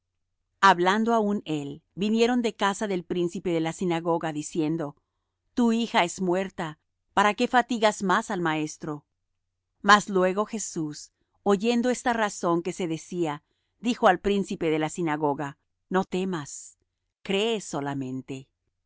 hablando aún él vinieron de casa del príncipe de la sinagoga diciendo tu hija es muerta para qué fatigas más al maestro mas luego jesús oyendo esta razón que se decía dijo al príncipe de la sinagoga no temas cree solamente